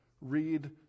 read